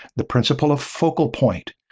the principle of focal point.